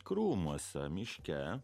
krūmuose miške